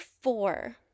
four